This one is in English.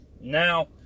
Now